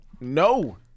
no